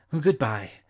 Goodbye